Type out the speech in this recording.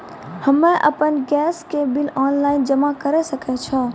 हम्मे आपन गैस के बिल ऑनलाइन जमा करै सकै छौ?